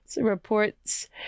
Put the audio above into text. reports